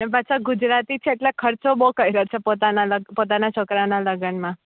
ને પાછા ગુજરાતી છે એટલે ખર્ચો બહુ કર્યો છે પોતાના પોતાના છોકરાનાં લગનમાં